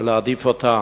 להעדיף אותם.